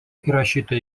įrašyta